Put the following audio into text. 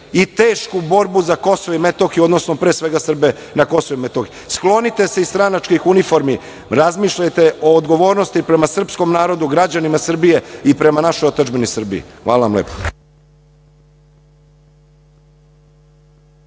i tešku borbu za Kosovo i Metohiju, odnosno pre svega Srbe na Kosovu i Metohiji. Sklonite se iz stranačkih uniformi, razmišljajte o odgovornosti prema srpskom narodu, građanima Srbije i prema našoj otadžbini Srbiji. Hvala vam lepo.